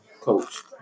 coach